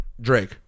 Drake